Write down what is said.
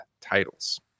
titles